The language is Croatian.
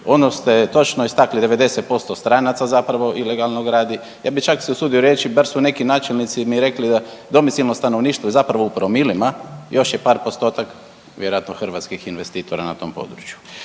Ono što je točno istakli 90% stranaca zapravo ilegalno gradi. Ja bi čak usudio se reći, bar su neki načelnici mi rekli da domicilno stanovništvo zapravo u promilima još je par postotak vjerojatno hrvatskih investitora na tom području.